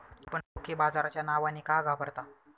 आपण रोखे बाजाराच्या नावाने का घाबरता?